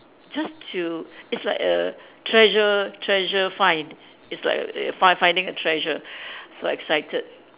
just to it's like a treasure treasure find it's like err find finding a treasure so excited